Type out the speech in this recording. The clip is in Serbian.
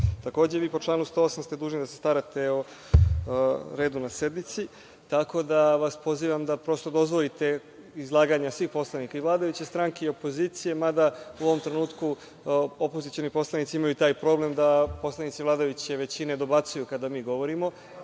Takođe, po članu 108, vi ste dužni d se starate o redu na sednici, tako da vas pozivam da dozvolite izlaganje svih poslanika, i vladajuće stranke i opozicije, mada u ovom trenutku opozicioni poslanici imaju taj problem da poslanici vladajuće većine dobacuju kada mi govorimo.